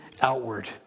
outward